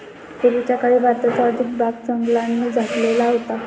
पूर्वीच्या काळी भारताचा अधिक भाग जंगलांनी झाकलेला होता